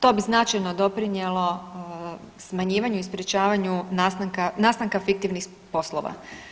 To bi značajno doprinijelo smanjivanju i sprječavanju nastanka fiktivnih poslova.